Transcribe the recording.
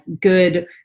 good